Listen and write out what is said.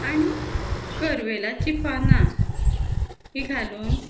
आनी करवेलाचीं पानां हां घालून